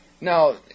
Now